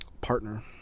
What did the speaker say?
partner